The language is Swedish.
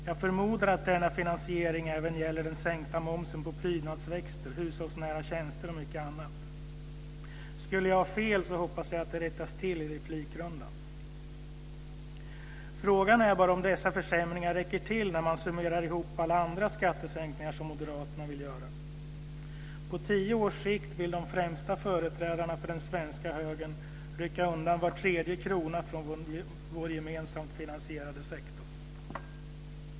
Jag förmodar att denna finansiering även gäller den sänkta momsen på prydnadsväxter, hushållsnära tjänster och mycket annat. Skulle jag ha fel hoppas jag att det rättas till i replikrundan. Frågan är bara om dessa försämringar räcker till när man summerar ihop alla andra skattesänkningar som moderaterna vill göra. På tio års sikt vill de främsta företrädarna för den svenska högern rycka undan var tredje krona från vår gemensamt finansierade sektor.